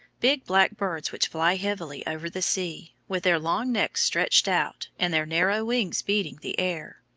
big black birds which fly heavily over the sea, with their long necks stretched out and their narrow wings beating the air.